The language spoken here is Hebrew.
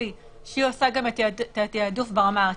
השב"ס הוא האיש שצריך לבצע את העבודה בסוף בשטח,